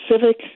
civic